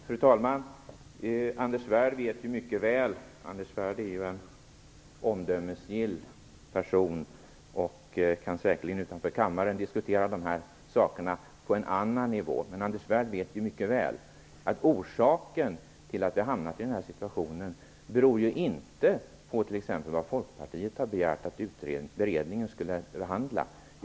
Fru talman! Anders Svärd är en omdömesgill person, och utanför kammaren kan han säkert diskutera de här frågorna på en annan nivå. Anders Svärd vet mycket väl att orsaken till att vi har hamnat i den här situationen t.ex. inte har att göra med vad Folkpartiet har begärt att beredningen skulle behandla.